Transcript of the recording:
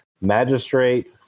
Magistrate